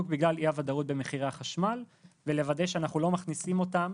בגלל אי הוודאות במחירי החשמל ולוודא שאנחנו לא מכניסים אותם